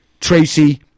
Tracy